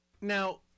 Now